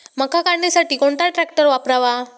मका काढणीसाठी कोणता ट्रॅक्टर वापरावा?